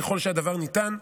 ככל שהדבר ניתן.